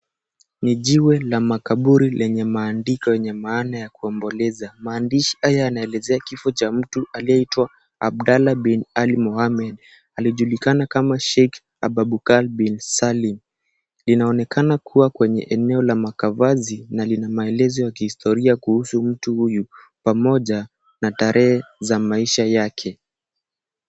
Ni jiwe la makaburi lenye maandiko yenye maana ya kuomboleza. Maandishi haya yanaelezea kifo cha mtu aliyeitwa Abdala Bin Ali Mohammed aliyejulikana kama Sheikh Ababukal Bin Saalim. Inaonekana kuwa kwenye eneo la makavazi na lina maelezo ya kihistoria kuhusu mtu huyu pamoja na tarehe za maisha yake.